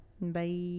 Bye